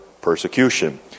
persecution